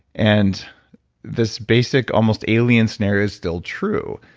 and this basic almost alien scenario is still true,